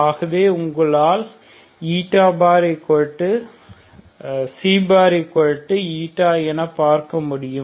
ஆகவே உங்களால் ξ என பார்க்க முடியும்